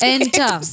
Enter